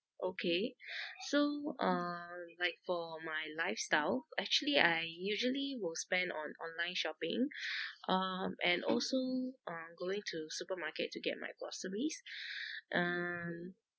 okay so err like for my lifestyle actually I usually will spend on online shopping um and also um going to supermarket to get my groceries um